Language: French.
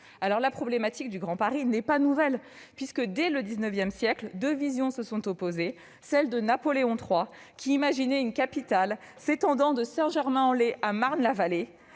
soir. La problématique du Grand Paris n'est pas nouvelle. Dès le XIX siècle, deux visions se sont opposées : celle de Napoléon III, ... Eh oui !... qui imaginait une capitale s'étendant de Saint-Germain-en-Laye à Marne-la-Vallée,